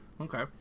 okay